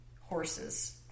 horses